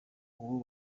uwo